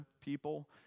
people